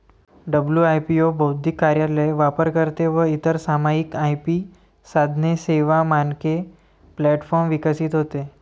WIPO बौद्धिक कार्यालय, वापरकर्ते व इतर सामायिक आय.पी साधने, सेवा, मानके प्लॅटफॉर्म विकसित होते